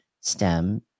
STEM